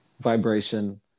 vibration